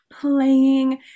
playing